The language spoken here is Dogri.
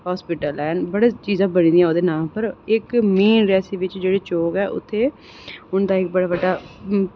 हॉस्पिटल ऐ बड़ियां चीज़ां बनी दियां ओह्दे नांऽ दियां इक मेन रियासी बिच जेह्ड़ा चौक ऐ उत्थै उं'दा इक बड़ा बड्डा